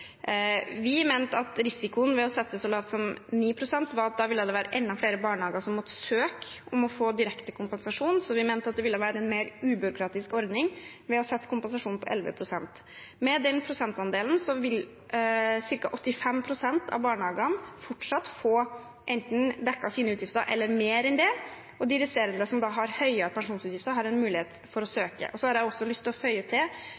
Vi mente at risikoen ved å sette det så lavt som 9 pst., ville være at da ville enda flere barnehager måtte søke om å få direktekompensasjon. Så vi mente at det ville være en mer ubyråkratisk ordning å sette kompensasjonen til 11 pst. Med den prosentandelen vil ca. 85 pst. av barnehagene fortsatt få dekket sine utgifter eller mer enn det. De resterende, som da har høyere pensjonsutgifter, har en mulighet til å søke. Så har jeg også lyst til å føye til